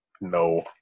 No